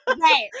right